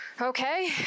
Okay